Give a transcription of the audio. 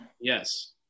Yes